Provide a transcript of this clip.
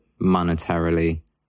monetarily